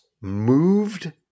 moved